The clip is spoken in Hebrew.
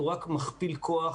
הוא רק מכפיל כוח.